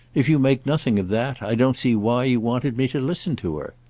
if you make nothing of that i don't see why you wanted me to listen to her.